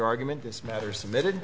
argument this matter submitted